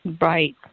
right